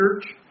church